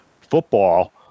football